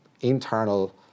internal